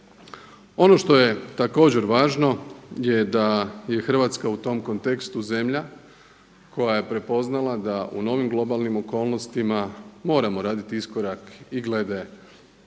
Ono što je također važno je da je Hrvatska u tom kontekstu zemlja koja je prepoznala da u novim globalnim okolnostima moramo raditi iskorak i glede